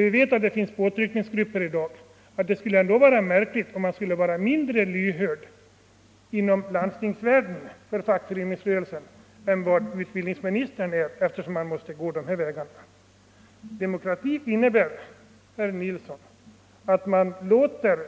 Vi vet att det finns påtryckningsgrupper, och nog vore det märkligt om man skulle vara mindre lyhörd inom landstingen för fackföreningsrörelsen än vad utbildningsministern är. Demokrati innebär, herr Nilsson, att man låter